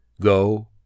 Go